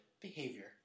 behavior